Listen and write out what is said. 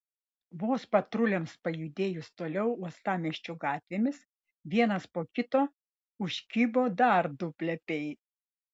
vos patruliams pajudėjus toliau uostamiesčio gatvėmis vienas po kito užkibo dar du plepiai